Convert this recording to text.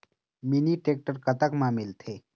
Mini tractor कतक म मिलथे?